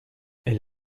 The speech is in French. elle